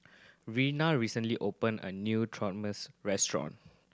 Reina recently opened a new Trenmusu restaurant